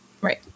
Right